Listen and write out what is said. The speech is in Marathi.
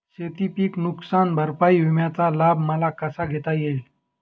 शेतीपीक नुकसान भरपाई विम्याचा लाभ मला कसा घेता येईल?